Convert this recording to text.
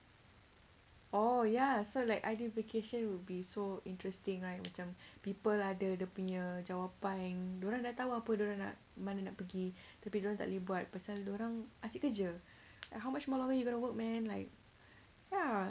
oh ya so like ideal vacation would be so interesting right macam people ada dia punya macam jawapan dia orang dah tahu apa dia orang nak mana nak pergi tapi tak boleh buat pasal dia orang asyik kerja like how much more longer you gonna work man like ya